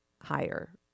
higher